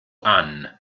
anne